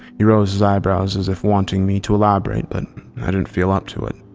he rose his eyebrows, as if wanting me to elaborate but i didn't feel up to it.